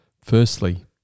Firstly